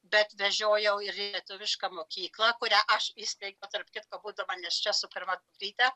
bet vežiojau ir lietuvišką mokyklą kurią aš įsteigiau tarp kitko būdama nėščia su pirma dukryte